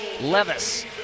Levis